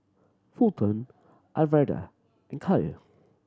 Fulton Alverda and Kael